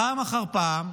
פעם אחר פעם,